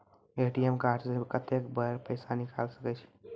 ATM card से कत्तेक बेर पैसा निकाल सके छी?